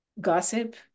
gossip